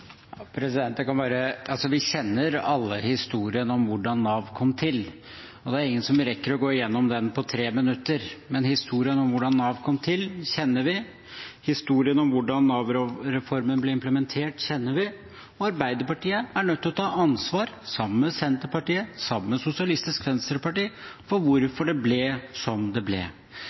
ingen som rekker å gå igjennom den på tre minutter. Men historien om hvordan Nav kom til, kjenner vi. Historien om hvordan Nav-reformen ble implementert, kjenner vi. Arbeiderpartiet er nødt til å ta ansvar, sammen med Senterpartiet, sammen med Sosialistisk Venstreparti, for hvorfor det ble som det ble.